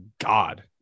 God